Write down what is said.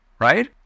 right